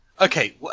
okay